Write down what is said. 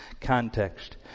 context